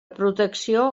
protecció